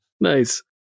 Nice